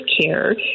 care